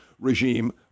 regime